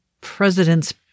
president's